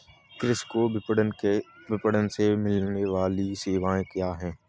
कृषि को विपणन से मिलने वाली सेवाएँ क्या क्या है